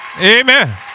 Amen